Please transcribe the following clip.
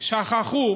שכחו